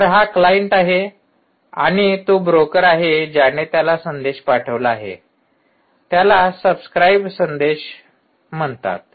तर हा क्लाइंट आहे आणि तो ब्रोकर आहे ज्याने त्याला संदेश पाठविला आहे त्याला सबस्क्राइब संदेश म्हणतात